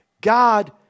God